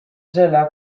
zela